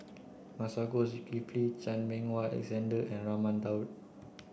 Masagos Zulkifli Chan Meng Wah Alexander and Raman Daud